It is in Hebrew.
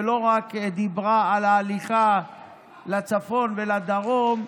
שלא רק דיברה על ההליכה לצפון ולדרום,